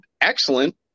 excellent